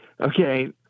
Okay